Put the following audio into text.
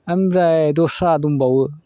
ओमफ्राय दस्रा दंबावो